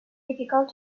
difficult